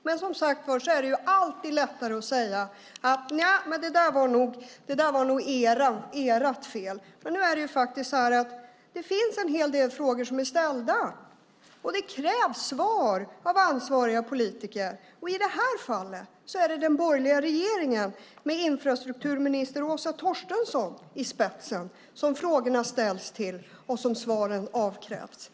Det är alltid lättare att säga: Det där var nog ert fel. Men det finns en hel del frågor som är ställda, och det krävs svar av ansvariga politiker. I detta fall är det den borgerliga regeringen med infrastrukturminister Åsa Torstensson i spetsen som frågorna ställs till och svaren avkrävs från.